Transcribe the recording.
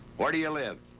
where do you live?